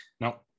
No